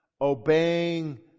obeying